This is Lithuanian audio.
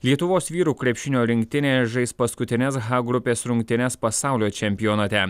lietuvos vyrų krepšinio rinktinė žais paskutines h grupės rungtynes pasaulio čempionate